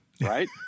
right